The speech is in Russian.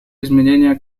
изменения